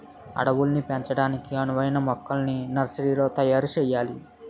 అడవుల్ని పెంచడానికి అనువైన మొక్కల్ని నర్సరీలో తయారు సెయ్యాలి